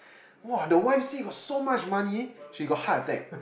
!woah! the wife say got so much money she got heart attack